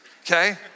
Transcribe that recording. Okay